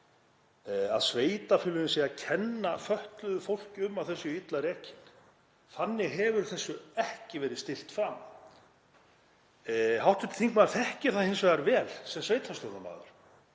að sveitarfélögin séu að kenna fötluðu fólki um að þau séu illa rekin. Þannig hefur þessu ekki verið stillt fram. Hv. þingmaður þekkir það hins vegar vel sem sveitarstjórnarmaður